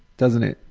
doesn't it?